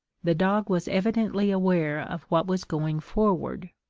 the dog was evidently aware of what was going forward,